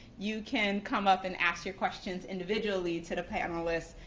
you can come up and ask your questions individually to the panelists.